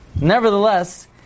nevertheless